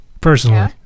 Personally